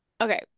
okay